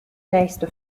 nächste